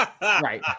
Right